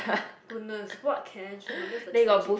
goodness what can I choose that's the tragic